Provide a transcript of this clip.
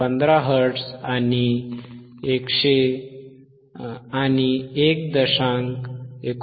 15 hertz आणि 1